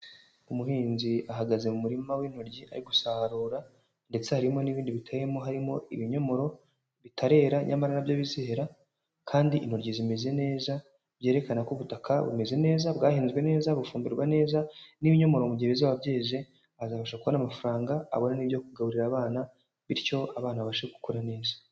Umuhinzi ahagaze mu murima w'intoryi ari gusarura ndetse harimo n'ibindi biteyemo harimo ibinyomoro bitarera nyamara na byo bizera kandi intoki zimeze neza, byerekana ko ubutaka bumeze neza, bwahinzwe neza, bufungumburwa neza n'ibinyomoro mu gihe bizaba byeze, azabasha kubona amafaranga abone n'ibyo kugaburira abana bityo abana babashe gukura neza.